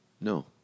No